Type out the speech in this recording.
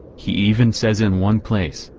he even says in one place,